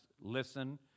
listen